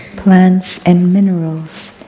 plants, and minerals,